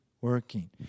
Working